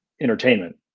entertainment